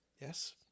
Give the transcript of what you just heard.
Yes